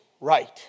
right